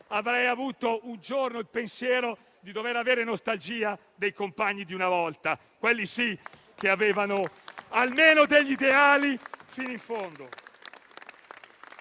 avrei avuto un giorno il pensiero di dover avere nostalgia dei compagni di una volta: quelli sì che avevano almeno degli ideali, fino in fondo.